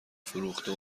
فروخته